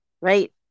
right